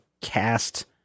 cast